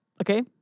Okay